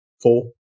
four